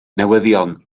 newyddion